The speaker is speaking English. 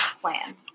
plan